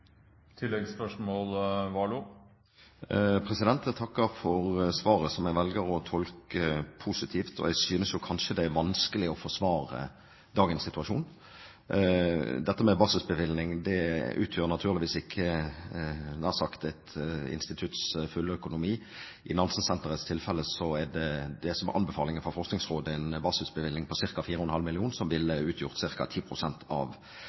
tolke positivt. Jeg synes kanskje det er vanskelig å forsvare dagens situasjon. En basisbevilgning utgjør naturligvis ikke et institutts fulle økonomi. I Nansensenterets tilfelle er anbefalingen fra Forskningsrådet en basisbevilgning på ca. 4,5 mill. kr, noe som ville utgjort ca. 10 pst. av